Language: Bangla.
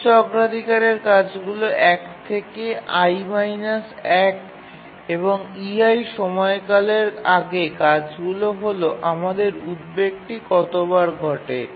উচ্চ অগ্রাধিকারের কাজগুলি ১ থেকে i ১এবং ei সময়কালের আগে কাজগুলি হল আমাদের উদ্বেগটি কতবার ঘটে